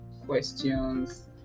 questions